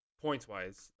points-wise